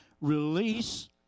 release